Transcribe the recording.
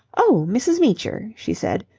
oh, mrs. meecher, she said,